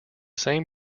same